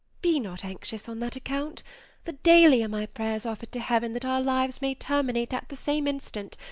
be not anxious on that account for daily are my prayers offered to heaven that our lives may terminate at the same instant,